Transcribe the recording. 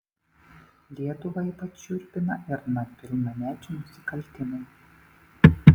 lietuvą ypač šiurpina ir nepilnamečių nusikaltimai